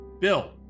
Bill